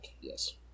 yes